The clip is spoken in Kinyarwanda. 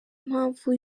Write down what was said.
mpamvu